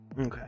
Okay